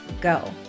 go